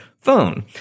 phone